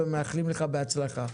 ומאחלים לך בהצלחה.